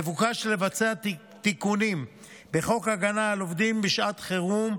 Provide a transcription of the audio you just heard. מבוקש לבצע תיקונים בחוק הגנה על עובדים בשעת חירום,